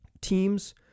Teams